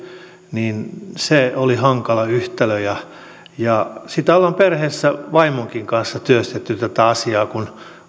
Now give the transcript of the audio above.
oli hankala yhtälö tätä asiaa ollaan perheessä vaimonkin kanssa työstetty kun